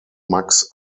max